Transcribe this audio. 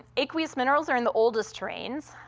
aqueous minerals are in the oldest terrains.